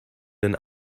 den